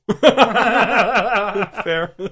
Fair